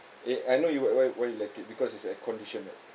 eh I know you what why why you like it because it's air-conditioned uh